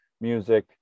music